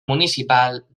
municipal